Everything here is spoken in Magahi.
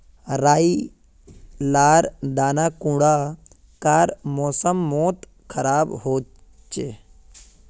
राई लार दाना कुंडा कार मौसम मोत खराब होचए?